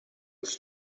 was